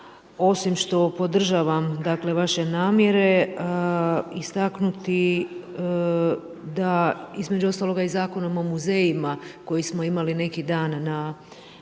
osim što podržavam vaše namjere, istaknuti da između ostaloga i Zakonom o muzejima koji smo imali neki dan na